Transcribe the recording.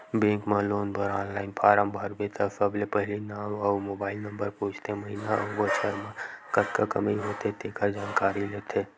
bank म loan बर online form भरबे त सबले पहिली नांव अउ मोबाईल नंबर पूछथे, महिना अउ बछर म कतका कमई होथे तेखर जानकारी लेथे